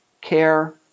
care